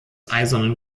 eisernen